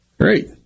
Great